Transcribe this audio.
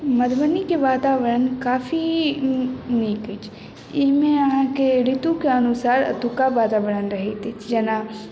मधुबनी के वातावरण काफी नीक अछि एहिमे अहाँके ऋतु के अनुसार एतुका वातावरण रहैत अइछ जेना